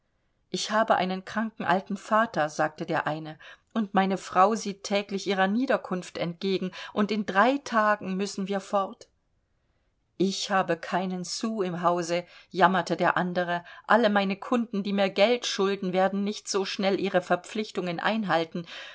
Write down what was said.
ich habe einen kranken alten vater sagte der eine und meine frau sieht täglich ihrer niederkunft entgegen und in drei tagen müssen wir fort ich habe keinen sou im hause jammerte der andere alle meine kunden die mir geld schulden werden nicht so schnell ihre verpflichtungen einhalten